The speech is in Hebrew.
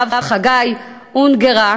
הרב חגי אונגר,